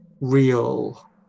real